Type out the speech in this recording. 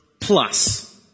plus